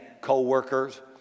co-workers